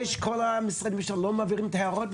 יש את כל המשרדים שלא מעבירים את ההערות,